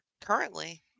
currently